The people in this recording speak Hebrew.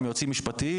עם יועצים משפטיים,